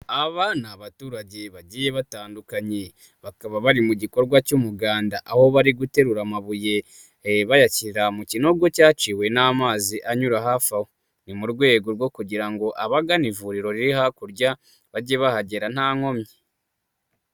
Aba ni abaturage bagiye batandukanye. Bakaba bari mu gikorwa cy'umuganda, aho bari guterura amabuye bayashyira mu kinogo cyaciwe n'amazi anyura hafi aho. Ni mu rwego rwo kugira ngo abagana ivuriro riri hakurya bajye bahagera nta nkomyi.